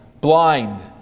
blind